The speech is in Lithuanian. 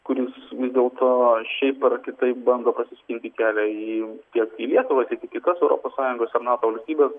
kuris vis dėlto šiaip ar kitaip bando prasiskinti kelią į tiek į lietuvą tiek į kitas europos sąjungos ar nato valstybes